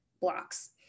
blocks